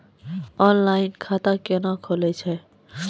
Online खाता केना खुलै छै?